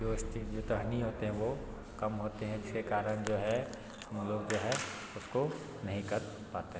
जो जो टहनी होते हैं वो कम होते हैं जिसके कारण जो है हम लोग जो है उसको नहीं कर पातें हैं